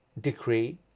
decree